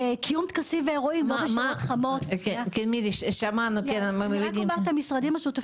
קיום טקסים ואירועים --- כן מירי שמענו את זה,